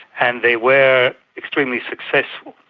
and they were extremely successful,